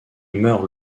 meurt